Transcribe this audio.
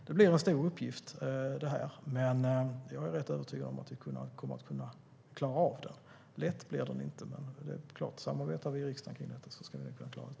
Det är en stor uppgift, men jag är övertygad om att vi kommer att klara av den. Lätt blir det inte, men samarbetar vi och riksdagen ska vi nog kunna klara det.